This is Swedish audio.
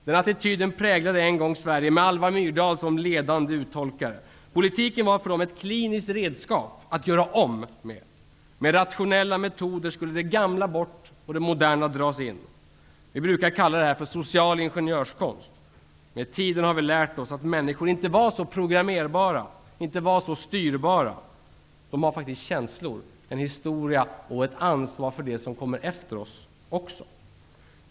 Den attityden präglade en gång Politiken var för dem ett kliniskt redskap att göra om med. Med rationella metoder skulle det gamla bort och det moderna in. Vi brukar kalla detta för social ingenjörskonst. Med tiden har vi lärt oss att människor inte var så programmerbara och så styrbara. De har faktiskt känslor, en historia och ett ansvar för det som kommer efter dem.